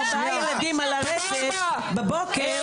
ארבעה ילדים על הרצף בבוקר,